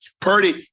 Purdy